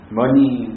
money